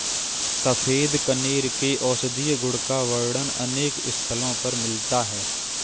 सफेद कनेर के औषधीय गुण का वर्णन अनेक स्थलों पर मिलता है